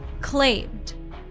claimed